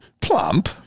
plump